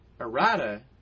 errata